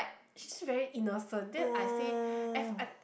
she's just very innocent then I say F I I